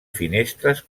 finestres